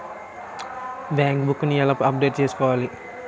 Bank book నీ ఎలా update చేసుకోవాలి?